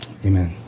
Amen